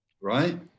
right